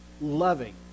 Loving